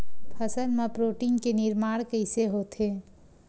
फसल मा प्रोटीन के निर्माण कइसे होथे?